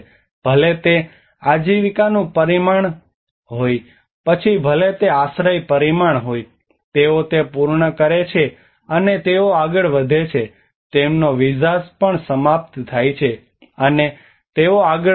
ભલે તે આજીવિકાનું પરિમાણ હોય પછી ભલે તે આશ્રય પરિમાણ હોય તેઓ તે પૂર્ણ કરે છે અને તેઓ આગળ વધે છે તેમનો વિઝાસ પણ સમાપ્ત થાય છે અને તેઓ આગળ વધે છે